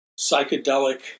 psychedelic